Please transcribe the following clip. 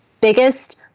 biggest